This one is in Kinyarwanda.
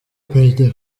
perezida